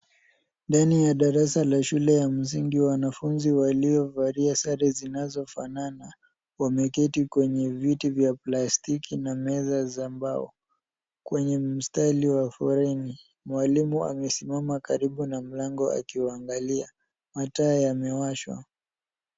Ndani ya darasa la shule ya msingi, wanafunzi waliovalia sare zinazofanana wameketi kwenye viti vya plastiki na meza za mbao kwenye mstari wa foleni. Mwalimu amesimama karibu na mlango akiwaangalia. Mataa yamewashwa.